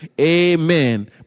amen